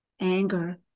anger